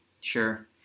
sure